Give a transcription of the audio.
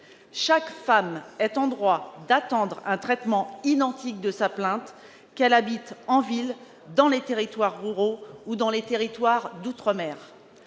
Chaque femme est en droit d'attendre un traitement identique de sa plainte, qu'elle habite en ville, dans des territoires ruraux ou d'outre-mer.